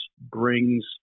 brings